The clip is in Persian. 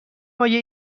های